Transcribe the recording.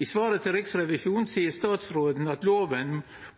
I svaret til Riksrevisjonen seier statsråden at lova